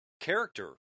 character